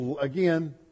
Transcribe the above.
again